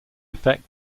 effect